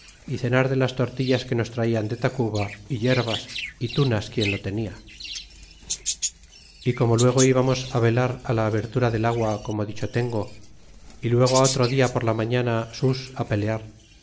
y cenar de las tortillas que nos traian de tacuba é yerbas y tunas quien lo tenia y como luego íbamos á velar la abertura del agua como dicho tengo y luego otro dia por la mañana sus á pelear